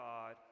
God